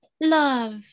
love